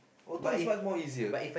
auto is much more easier